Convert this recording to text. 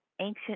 ancient